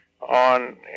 on